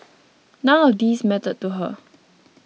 none of these mattered to her